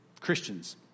Christians